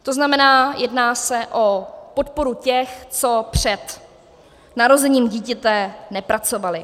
To znamená, jedná se o podporu těch, co před narozením dítěte nepracovali.